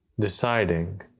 deciding